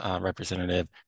representative